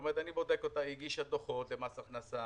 זאת אומרת, אני בודק אותה, הגישה דוחות למס הכנסה,